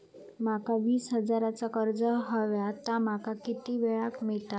माका वीस हजार चा कर्ज हव्या ता माका किती वेळा क मिळात?